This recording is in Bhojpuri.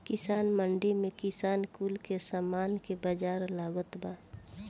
किसान मंडी में किसान कुल के सामान के बाजार लागता बा